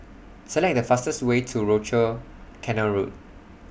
Select The fastest Way to Rochor Canal Road